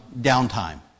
downtime